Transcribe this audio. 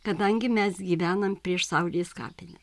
kadangi mes gyvenam prieš saulės kapine